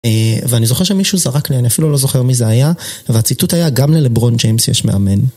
ואני זוכר שמישהו זרק לי, אני אפילו לא זוכר מי זה היה, והציטוט היה, גם ללברון ג'יימס יש מאמן.